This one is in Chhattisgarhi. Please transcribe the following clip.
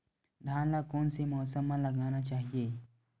धान ल कोन से मौसम म लगाना चहिए?